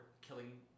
killing